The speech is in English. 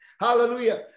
Hallelujah